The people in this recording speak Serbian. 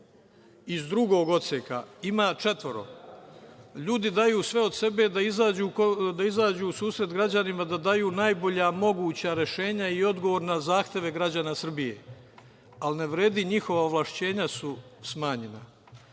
iz drugog odseka ima četvoro. Ljudi daju sve od sebe da izađu u susret građanima, da daju najbolja moguća rešenja i odgovor na zahteve građana Srbije, ali ne vredi, njihova ovlašćenja su smanjena.